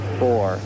four